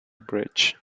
bridge